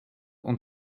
und